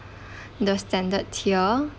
the standard tier